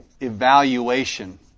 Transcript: evaluation